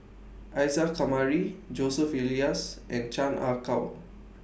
Isa Kamari Joseph Elias and Chan Ah Kow